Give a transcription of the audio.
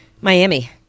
Miami